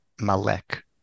Malek